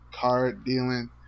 card-dealing